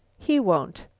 he won't.